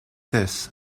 this